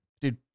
Dude